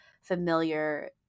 familiar